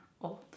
old